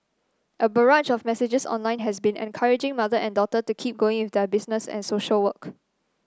a barrage of messages online has been encouraging mother and daughter to keep going their business and social work